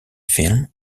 film